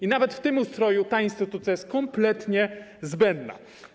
I nawet w tym ustroju ta instytucja jest kompletnie zbędna.